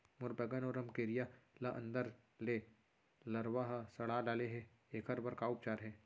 मोर बैगन अऊ रमकेरिया ल अंदर से लरवा ह सड़ा डाले हे, एखर बर का उपचार हे?